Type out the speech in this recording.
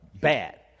bad